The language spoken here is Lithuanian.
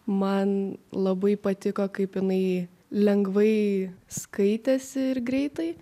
man labai patiko kaip jinai lengvai skaitėsi ir greitai